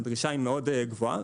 הדרישה היא מאוד גבוהה,